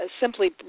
simply